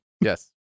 Yes